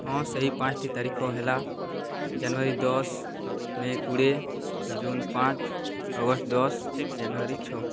ହଁ ସେହି ପାଞ୍ଚୋଟି ତାରିଖ ହେଲା ଜାନୁଆରୀ ଦଶ ମେ' କୋଡ଼ିଏ ଜୁନ୍ ପାଞ୍ଚ ଅଗଷ୍ଟ ଦଶ ଜାନୁଆରୀ ଛଅ